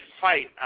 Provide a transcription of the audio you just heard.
fight